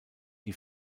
die